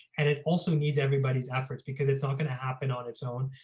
and it also needs everybody's efforts because it's not gonna happen on its own.